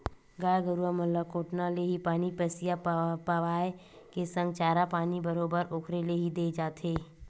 गाय गरु मन ल कोटना ले ही पानी पसिया पायए के संग चारा पानी बरोबर ओखरे ले ही देय जाथे